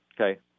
Okay